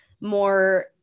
more